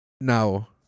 Now